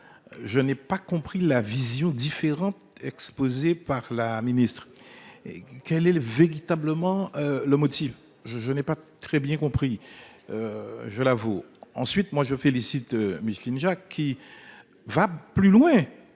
Je n'ai pas compris la vision différente exposés par la ministre. Et quel est le véritablement le motif je je n'ai pas très bien compris. Je l'avoue. Ensuite moi je félicite Micheline Jacques qui. Va plus loin